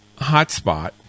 hotspot